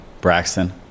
Braxton